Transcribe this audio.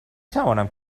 توانم